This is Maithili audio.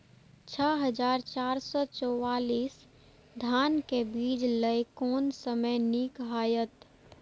छः हजार चार सौ चव्वालीस धान के बीज लय कोन समय निक हायत?